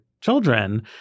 children